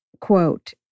quote